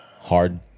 hard